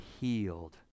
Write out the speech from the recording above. healed